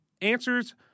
answers